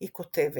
היא כותבת